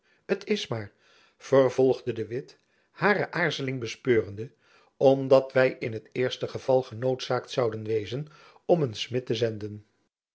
t is maar vervolgde de witt hare aarzeling bespeurende omdat wy in het eerste geval genoodzaakt zouden wezen om een smid te zenden